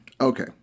Okay